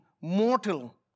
mortal